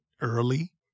early